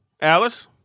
Alice